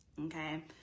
okay